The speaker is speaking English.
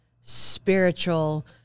spiritual